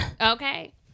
Okay